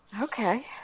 Okay